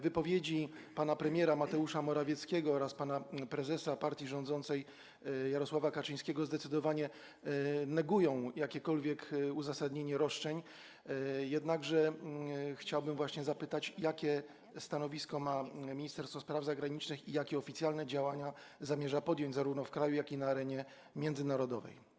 Wypowiedzi pana premiera Mateusza Morawieckiego oraz pana prezesa partii rządzącej Jarosława Kaczyńskiego zdecydowanie negują jakiekolwiek uzasadnienie roszczeń, jednakże chciałbym zapytać, jakie stanowisko ma Ministerstwo Spraw Zagranicznych i jakie oficjalne działania zamierza podjąć zarówno w kraju, jak i na arenie międzynarodowej.